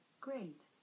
great